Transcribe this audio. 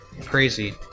crazy